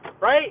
right